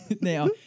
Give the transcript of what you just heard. now